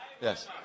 Yes